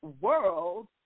world